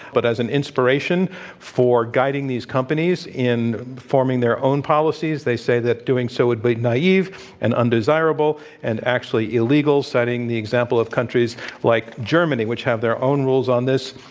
but as an inspiration for guiding these companies in forming their own policies. they say that doing so is blatant naive and undesirable and actually illegal, setting the example of countries like germany which have their own rules on this.